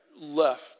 left